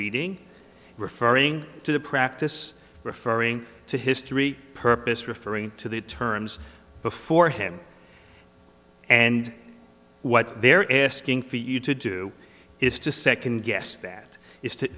reading referring to the practice referring to history purpose referring to the terms before him and what they're asking for you to do is to second guess that is to